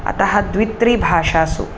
अतः द्वित्रिभाषासु